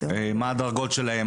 מה הדרגות שלהם,